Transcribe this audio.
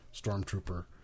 Stormtrooper